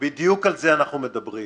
בדיוק על זה אנחנו מדברים.